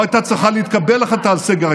לא הייתה צריכה להתקבל החלטה על סגר.